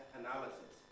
analysis